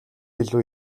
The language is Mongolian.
илүү